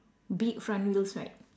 big front wheels right